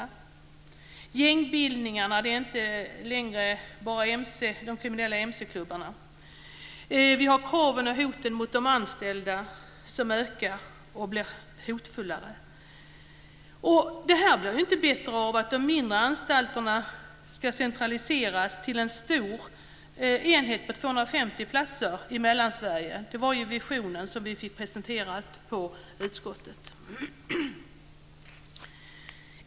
Det gäller gängbildningarna, det är inte längre bara de kriminella mc-klubbarna. Vi har kraven på och hoten mot de anställda som ökar. Det blir allt hotfullare. Det blir inte bättre av att de mindre anstalterna ska centraliseras till en stor enhet med 250 platser i Mellansverige. Det var ju den visionen vi fick presenterad för oss i utskottet.